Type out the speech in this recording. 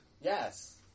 Yes